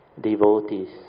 devotees